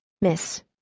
Miss